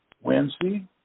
Wednesday